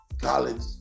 college